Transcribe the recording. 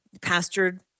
Pastured